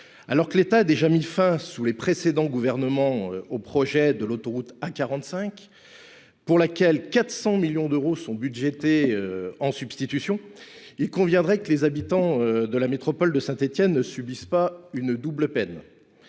Alors que l’État a déjà mis fin, sous les précédents gouvernements, au projet de l’autoroute A45, pour lequel 400 millions d’euros sont budgétés en substitution, il conviendrait que les habitants de la métropole de Saint Étienne ne subissent pas une double peine.